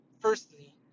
Firstly